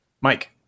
mike